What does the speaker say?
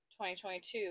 2022